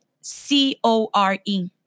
C-O-R-E